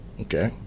Okay